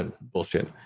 bullshit